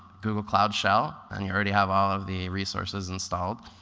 google cloud shell and you already have all of the resources installed.